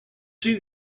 see